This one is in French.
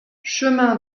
chemin